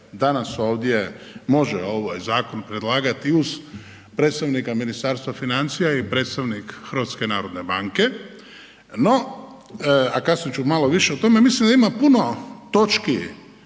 danas ovdje, može ovaj zakon predlagati i uz predstavnika Ministarstva financija i predstavnik HNB-a, no a kasnije ću malo više o tome, mislim da ima puno točki